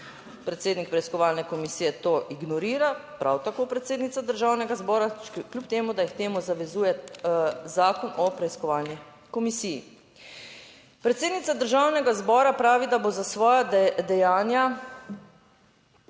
Predsednik preiskovalne komisije to ignorira, prav tako predsednica Državnega zbora kljub temu, da jih k temu zavezuje zakon o preiskovalni komisiji. Predsednica Državnega zbora pravi, da bo za svoja dejanja